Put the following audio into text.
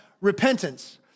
repentance